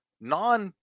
non